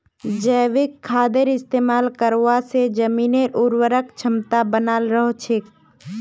जैविक खादेर इस्तमाल करवा से जमीनेर उर्वरक क्षमता बनाल रह छेक